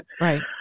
Right